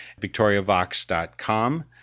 victoriavox.com